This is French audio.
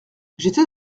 j’étais